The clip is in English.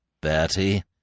Bertie